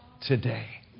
today